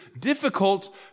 difficult